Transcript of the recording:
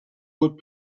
would